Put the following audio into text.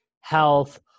health